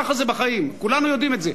ככה זה בחיים, כולנו יודעים את זה.